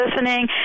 listening